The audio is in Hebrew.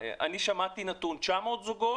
שמעתי נתון של 900 זוגות,